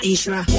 Isra